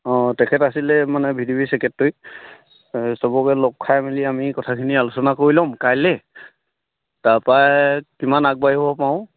অঁ তেখেত আছিলে মানে ভিডিবি ছেকেট্ৰৰি এই সবকে লগ খাই মেলি আমি কথাখিনি আলোচনা কৰি ল'ম কাইলৈ তাৰপৰাই কিমান আগবাঢ়িব পাৰো